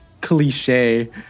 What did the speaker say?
cliche